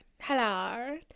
Hello